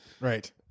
right